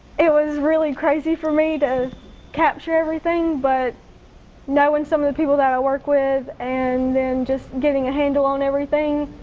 it was really crazy for me to capture everything. but knowing some of the people that i work with and then just getting a handle on everything,